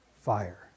Fire